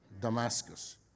Damascus